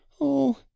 Oh